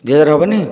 ଦୁଇ ହଜାର ହେବନି